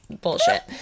bullshit